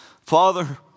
Father